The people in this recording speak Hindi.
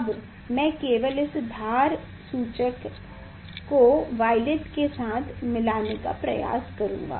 अब मैं केवल इस धार सूचक को वायलेट के साथ मिलाने का प्रयास करूंगा